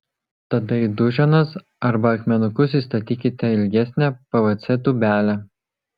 tada į duženas arba akmenukus įstatykite ilgesnę pvc tūbelę